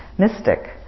mystic